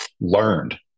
learned